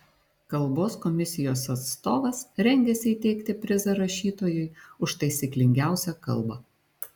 kalbos komisijos atstovas rengiasi įteikti prizą rašytojui už taisyklingiausią kalbą